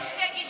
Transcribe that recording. יש שתי גישות.